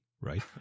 right